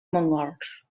mongols